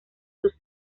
sus